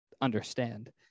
understand